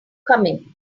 coming